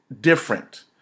different